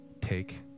Take